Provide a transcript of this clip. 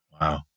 Wow